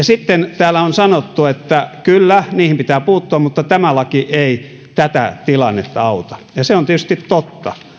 sitten täällä on sanottu että kyllä niihin pitää puuttua mutta tämä laki ei tätä tilannetta auta se on tietysti totta